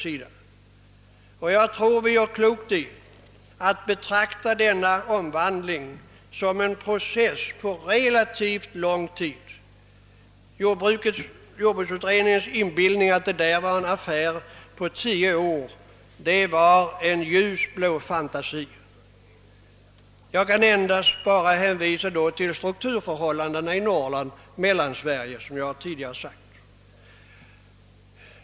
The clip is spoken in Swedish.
Vi gör klokt i att betrakta denna omvandling som en process på relativt lång sikt. Jordbruksutredningens inbillning att detta är en affär på tio år är en ljusblå fantasi. Jag kan endast hänvisa till strukturförhållandena i Norrland och i Mellansverige, som jag tidigare berört.